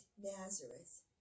Nazareth